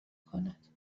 کند